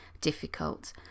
difficult